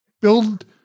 build